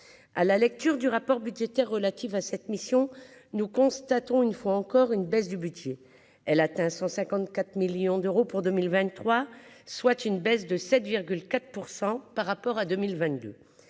à la lecture du rapport budgétaire relative à cette mission, nous constatons une fois encore une baisse du budget, elle atteint 154 millions d'euros pour 2023, soit une baisse de 7,4 % par rapport à 2022,